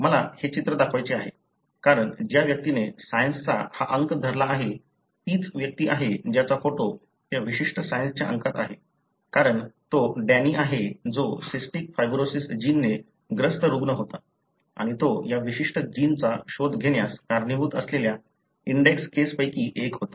मला हे चित्र दाखवायचे आहे कारण ज्या व्यक्तीने सायन्सचा हा अंक धरला आहे तीच व्यक्ती आहे ज्याचा फोटो त्या विशिष्ट सायन्सच्या अंकात आहे कारण तो डॅनी आहे जो सिस्टिक फायब्रोसिस जीनने ग्रस्त रुग्ण होता आणि तो या विशिष्ट जीनचा शोध घेण्यास कारणीभूत असलेल्या इंडेक्स केस पैकी एक होता